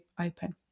open